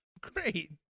Great